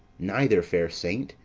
neither, fair saint,